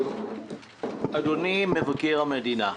אדוני מבקר המדינה,